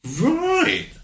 Right